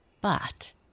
But